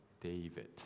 David